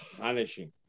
punishing